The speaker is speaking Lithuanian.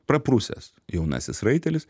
praprusęs jaunasis raitelis